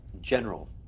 General